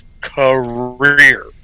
career